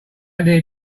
need